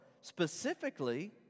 specifically